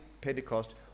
Pentecost